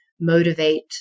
motivate